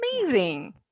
amazing